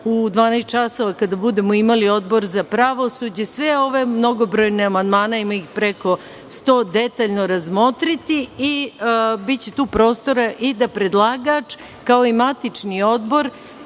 časova, kada budemo imali Odbor za pravosuđe, sve ove mnogobrojne amandmane, ima ih preko sto, detaljno razmotriti i biće tu prostora i da predlagač, kao i matični odbor,